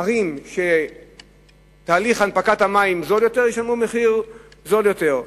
ערים שבהן תהליך הנפקת המים זול יותר ישלמו מחיר זול יותר.